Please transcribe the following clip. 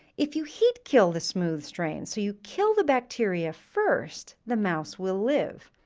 if you heat kill the smooth strain, so you kill the bacteria first, the mouse will live.